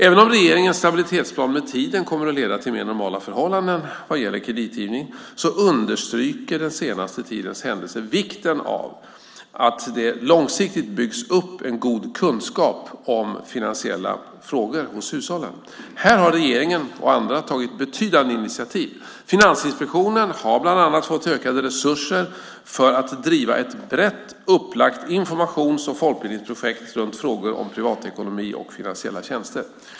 Även om regeringens stabilitetsplan med tiden kommer att leda till mer normala förhållanden vad gäller kreditgivning understryker den senaste tidens händelser vikten av att det långsiktigt byggs upp en god kunskap om finansiella frågor hos hushållen. Här har regeringen och andra tagit betydande initiativ. Finansinspektionen har bland annat fått ökade resurser för att driva ett brett upplagt informations och folkbildningsprojekt runt frågor om privatekonomi och finansiella tjänster.